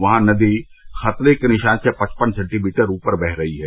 वहां नदी खतरे के निशान से पचपन सेंटीमीटर ऊपर बह रही है